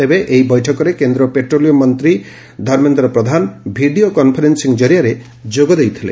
ତେବେ ଏହି ବୈଠକରେ କେନ୍ଦ ପେଟ୍ରୋଲିୟମ ମନ୍ତୀ ଧର୍ମେନ୍ଦ୍ର ପ୍ରଧାନ ଭିଡିଓ କନଫରେନ୍ଦି ଜରିଆରେ ଯୋଗଦେଇଥିଲେ